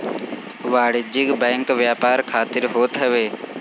वाणिज्यिक बैंक व्यापार खातिर होत हवे